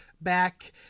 back